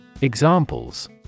Examples